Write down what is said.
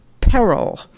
peril